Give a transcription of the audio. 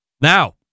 Now